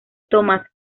thomas